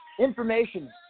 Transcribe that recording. information